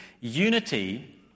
unity